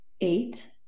eight